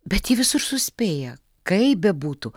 bet ji visur suspėja kaip bebūtų